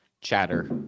chatter